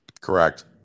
Correct